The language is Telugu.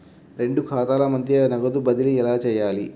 రెండు ఖాతాల మధ్య నగదు బదిలీ ఎలా చేయాలి?